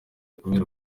kubera